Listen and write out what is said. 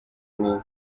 like